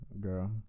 girl